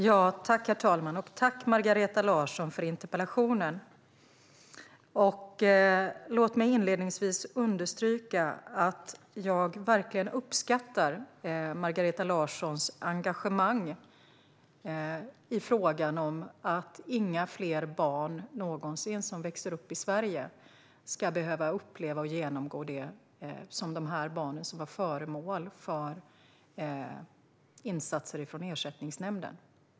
Herr talman! Jag tackar Margareta Larsson för interpellationen. Låt mig inledningsvis understryka att jag verkligen uppskattar Margareta Larssons engagemang i frågan om att inga fler barn som växer upp i Sverige någonsin ska behöva uppleva och genomgå samma sak som de barn som kommit att bli föremål för insatser från Ersättningsnämnden.